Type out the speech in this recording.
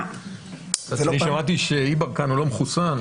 שמעתי שיברקן הוא לא מחוסן.